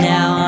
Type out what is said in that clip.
Now